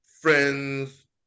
friends